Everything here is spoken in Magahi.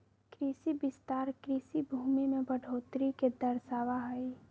कृषि विस्तार कृषि भूमि में बढ़ोतरी के दर्शावा हई